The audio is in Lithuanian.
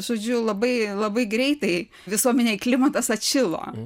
žodžiu labai labai greitai visuomenėj klimatas atšilo